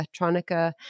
electronica